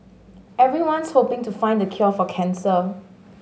everyone's hoping to find the cure for cancer